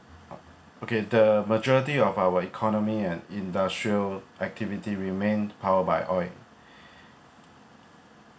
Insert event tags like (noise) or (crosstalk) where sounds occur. okay the majority of our economy and industrial activity remained power by oil (breath)